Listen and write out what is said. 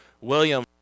William